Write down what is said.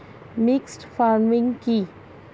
Mixed farming কি?